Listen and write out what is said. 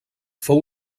fou